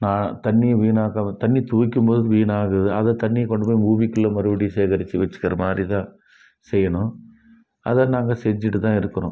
நான் தண்ணியை வீணாக்காமல் தண்ணி துவைக்கும் போது வீணாகுது அந்தத் தண்ணியை கொண்டு போய் பூமிக்குள்ளே மறுபடியும் சேகரிச்சு வச்சுக்கிற மாதிரி தான் செய்யணும் அதை நாங்கள் செஞ்சுட்டு தான் இருக்கிறோம்